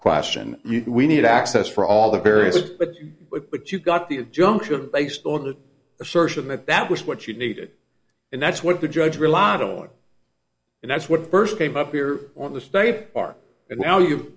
question we need access for all the various but but you got the junction of based on the assertion that that was what you needed and that's what the judge relied on and that's what first came up here on the state bar and now you've